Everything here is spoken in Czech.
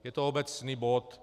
Je to obecný bod.